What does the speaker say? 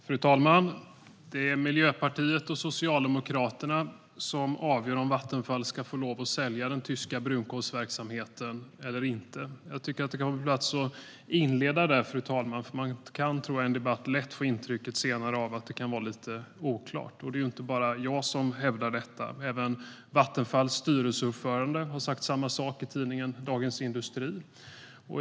Fru talman! Det är Miljöpartiet och Socialdemokraterna som avgör om Vattenfall ska få lov att sälja den tyska brunkolsverksamheten eller inte. Det kan vara på sin plats att inleda där, fru talman. Man kan i debatten lätt få intrycket av att det kan vara lite oklart. Det är inte bara jag som hävdar detta. Även Vattenfalls styrelseordförande har sagt samma sak i tidningen Dagens industri.